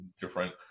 different